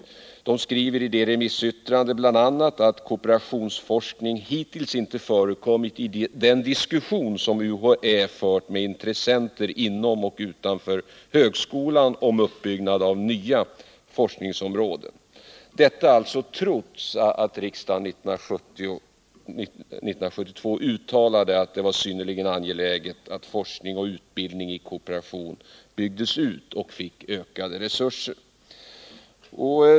Man skriver i det remissyttrandet bl.a. att kooperationsforskning hittills inte förekommit i den diskussion som UHÄ fört med intressenter inom och utanför högskolan om uppbyggnad av nya forskningsområden — detta alltså trots att riksdagen 1972 uttalade att det var synnerligen angeläget att forskning och utbildning i kooperation byggdes ut och fick ökade resurser.